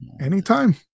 anytime